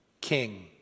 king